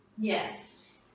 Yes